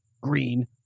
Green